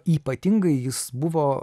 ypatingai jis buvo